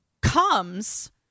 comes